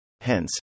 Hence